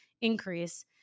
increase